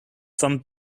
from